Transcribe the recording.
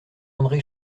andré